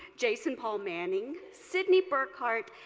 jacen-paul manning, sydney burkhardt,